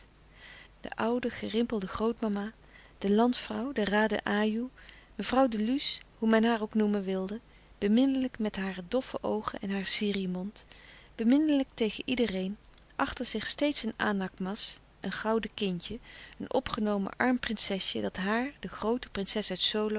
de oude gerimpelde grootmama de landvrouw de raden ajoe mevrouw de luce hoe men haar ook noemen wilde bemin nelijk met hare doffe oogen en haar sirih mond beminnelijk tegen iedereen achter zich steeds een anak mas een gouden kindje een opgenomen arm prinsesje dat haar de groote prinses